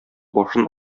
башын